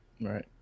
Right